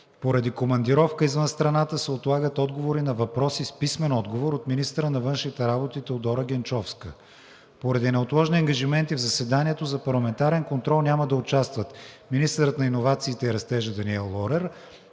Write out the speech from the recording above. Поради командировка извън страната се отлагат отговори на въпроси с писмен отговор от министъра на външните работи Теодора Генчовска; Поради неотложни ангажименти в заседанието за парламентарен контрол няма да участват: - министърът на иновациите и растежа Даниел Лорер;